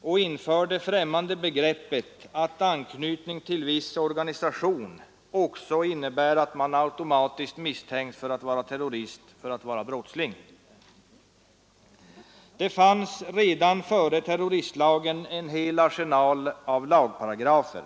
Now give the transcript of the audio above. och inför den främmande principen att en persons anknytning till viss organisation också innebär att han automatiskt misstänks för att vara terrorist, för att vara brottsling. Det fanns redan före terroristlagen en hel arsenal av lagparagrafer.